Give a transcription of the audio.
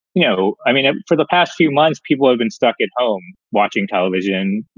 you know, i mean, for the past few months, people have been stuck at home watching television,